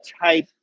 type